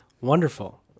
wonderful